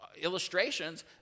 illustrations